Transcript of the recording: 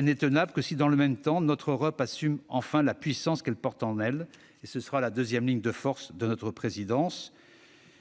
n'est tenable que si, dans le même temps, notre Europe assume enfin la puissance qu'elle porte en elle. Ce sera donc la deuxième ligne de force de notre présidence.